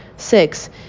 Six